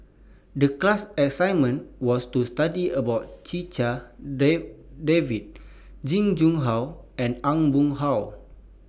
The class assignment was to study about Checha Davies Jing Jun Hong and Aw Boon Haw